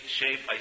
shape